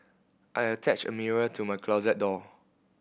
I attached a mirror to my closet door